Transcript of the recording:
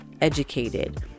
educated